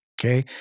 Okay